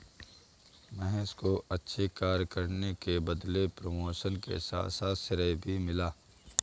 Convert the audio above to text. महेश को अच्छे कार्य करने के बदले प्रमोशन के साथ साथ श्रेय भी मिला